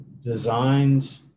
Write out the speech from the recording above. Designed